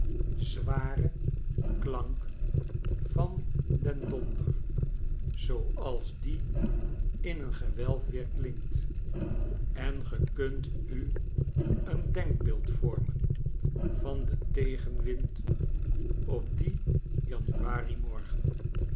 zwaren klank van den donder zooals die in een gewelf weerklinkt en ge kunt u een denkbeeld vormen van den tegenwind op dien januarimorgen